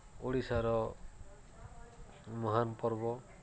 ଓଡ଼ିଶାର ମହାନ୍ ପର୍ବ